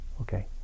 okay